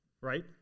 Right